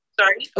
Sorry